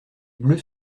bleus